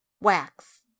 Wax